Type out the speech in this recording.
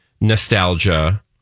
nostalgia